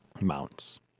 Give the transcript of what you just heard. Mounts